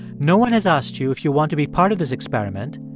no one has asked you if you want to be part of this experiment,